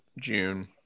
june